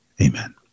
amen